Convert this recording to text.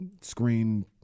screen